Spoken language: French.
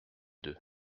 deux